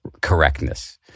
correctness